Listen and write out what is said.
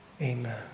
amen